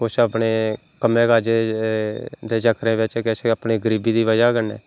कुछ अपने कम्मै काजै दे दे चक्करें च बिच्च किश अपनी गरीबी दी बजह् कन्नै